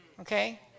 okay